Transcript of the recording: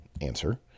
answer